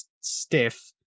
stiff